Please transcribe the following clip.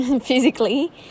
physically